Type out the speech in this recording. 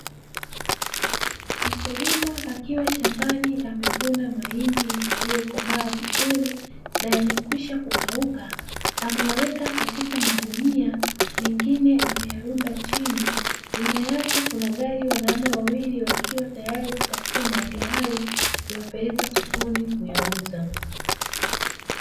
Mkulima akiwa shambani amevuna mahindi yaliyokomaa vizuri na yamekwisha kukauka, ameyeweka katika magunia na mengine ameyalunda chini. Nyuma yake kuna gari, wanaume wawili wakiwa tayari kupakia mahindi hayo kuyapeleka sokoni kuyauza.